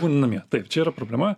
būni namie taip čia yra problema